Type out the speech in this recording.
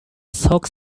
socks